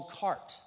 cart